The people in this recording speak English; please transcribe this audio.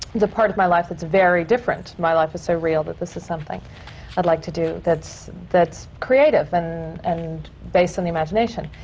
part of my life that's very different. my life is so real that this is something i'd like to do that's that's creative and and based on the imagination.